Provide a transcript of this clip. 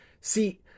See